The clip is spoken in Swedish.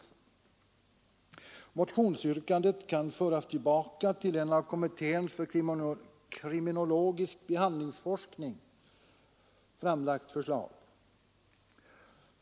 Motionsyrkandet kan föras tillbaka till ett av kommittén för kriminologisk behandlingsforskning framlagt förslag.